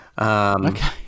Okay